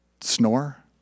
snore